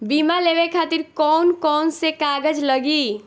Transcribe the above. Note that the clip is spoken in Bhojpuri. बीमा लेवे खातिर कौन कौन से कागज लगी?